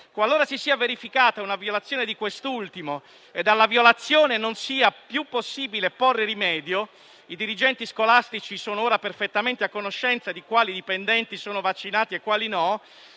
qualora si sia verificata una violazione di quest'ultimo, ed alla violazione non sia più possibile porre rimedio (i dirigenti scolastici sono ora perfettamente a conoscenza di quali dipendenti sono vaccinati e quali no),